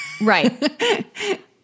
right